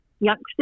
youngsters